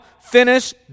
finish